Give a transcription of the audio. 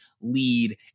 lead